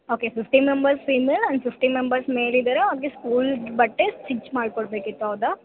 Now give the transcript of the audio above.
okay fifty members female and fifty members male ಇದ್ದಾರೆ ಅವ್ರಿಗೆ ಸ್ಕೂಲ್ದು ಬಟ್ಟೆ ಸ್ಟಿಚ್ ಮಾಡ್ಕೊಡ್ಬೇಕಿತ್ತು ಹೌದ